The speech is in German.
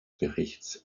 berichts